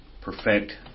perfect